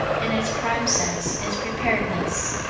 in its prime sense, is preparedness,